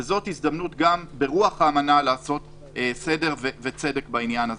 וזו הזדמנות גם ברוח האמנה לעשות סדר וצדק בעניין הזה.